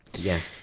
Yes